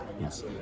Yes